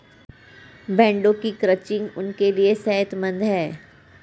भेड़ों की क्रचिंग उनके लिए सेहतमंद है